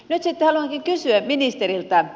nyt haluankin kysyä ministeriltä